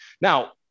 Now